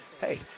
hey